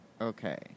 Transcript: Okay